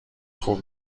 خوب